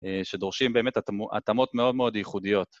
שדורשים באמת התאמות מאוד מאוד ייחודיות.